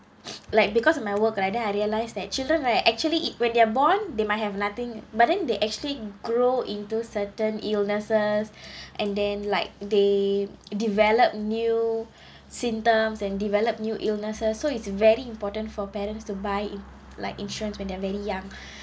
like because of my work right then I realised that children right actually it when they're born they might have nothing but then they actually grow into certain illnesses and then like they develop new symptoms and develop new illnesses so it's very important for parents to buy like insurance when they're very young